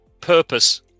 purpose